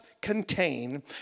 contain